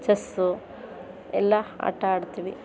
chess ಎಲ್ಲ ಆಟ ಆಡ್ತೀವಿ